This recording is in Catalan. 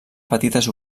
petites